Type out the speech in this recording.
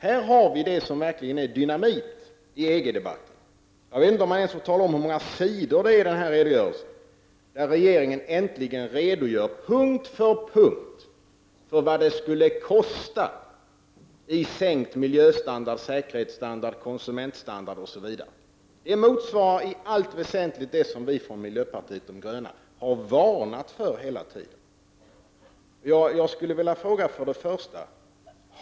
Här har vi det som verkligen är dynamit i EG-debatten. Jag vet inte om jag ens kan tala om hur många sidor det är i denna redovisning, där regeringen äntligen redogör punkt för punkt för vad det skulle kosta i sänkt miljöstandard, säkerhetsstandard, konsumentstandard osv. Det motsvarar i allt väsentligt det som vi i miljöpartiet de gröna hela tiden har varnat för. Jag skulle vilja fråga: 1.